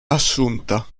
assunta